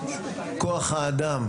כוח האדם,